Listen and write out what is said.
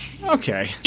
Okay